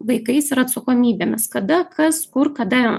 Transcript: vaikais ir atsakomybėmis kada kas kur kada